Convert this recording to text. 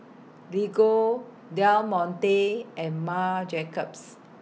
Lego Del Monte and Marc Jacobs